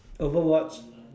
Overwatch